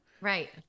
Right